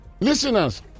listeners